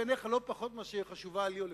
אתה פרלמנטר מעולה, אומנם חדש כאן,